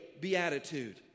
Beatitude